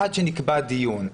עד שנקבע דיון,